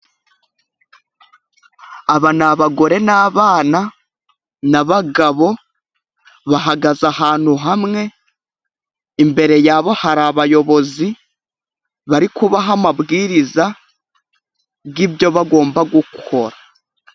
Aba ni abagore n'abana n'abagabo, bahagaze ahantu hamwe, imbere yabo hari abayobozi bari kubaha amabwiriza y'ibyo bagomba gukora.